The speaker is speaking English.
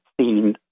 seen